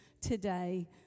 today